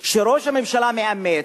שראש הממשלה מאמץ,